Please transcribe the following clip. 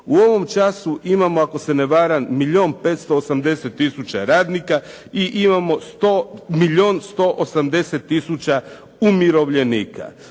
U ovom času imamo, ako se ne varam milijun 580 tisuća radnika i imamo milijun 180 tisuća umirovljenika.